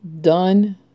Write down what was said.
done